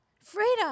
Freedom